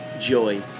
joy